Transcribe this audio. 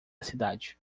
cidade